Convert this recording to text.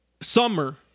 summer